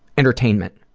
entertainment,